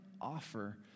offer